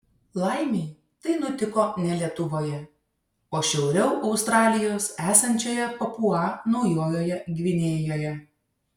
laimei tai nutiko ne lietuvoje o šiauriau australijos esančioje papua naujojoje gvinėjoje